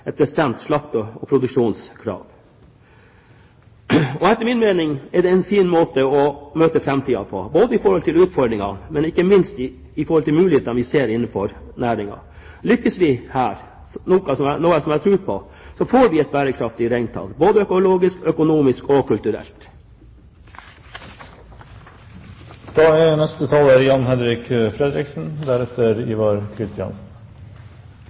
et bestemt slakte- og produksjonskrav. Etter min mening er det en fin måte å møte framtiden på, både med tanke på utfordringene og ikke minst med tanke på de mulighetene vi ser innenfor næringen. Lykkes vi her, noe som jeg tror på, får vi et bærekraftig reintall både økologisk, økonomisk og